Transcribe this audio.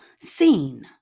seen